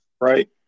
Right